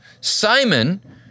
Simon